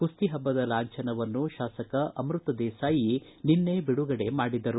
ಕುಸ್ತಿ ಹಬ್ಬದ ಲಾಂಭನವನ್ನು ಶಾಸಕ ಅಮೃತ ದೇಸಾಯಿ ನಿನ್ನೆ ಬಿಡುಗಡೆ ಮಾಡಿದರು